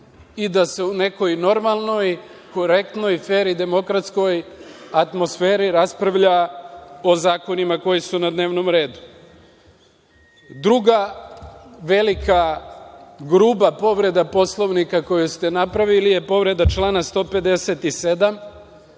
i da se u nekoj normalnoj, korektnoj, fer i demokratskoj atmosferi raspravlja o zakonima koji su na dnevnom redu. Druga velika gruba povreda Poslovnika koju ste napravili je povreda člana 157.